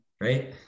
right